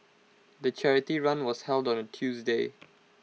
the charity run was held on A Tuesday